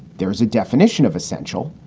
there's a definition of essential.